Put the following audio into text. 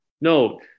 No